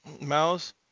mouse